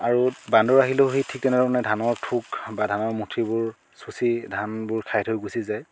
আৰু বান্দৰ আহিলেও সেই ঠিক তেনেধৰণে ধানৰ থোক বা ধানৰ মুঠিবোৰ চুঁচি ধানবোৰ খাই থৈ গুচি যায়